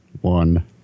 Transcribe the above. One